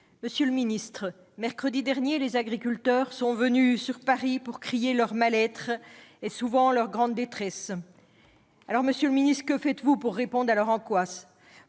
Monsieur le ministre, mercredi dernier, les agriculteurs sont venus à Paris crier leur mal-être, souvent leur grande détresse. Que faites-vous pour répondre à leur angoisse ?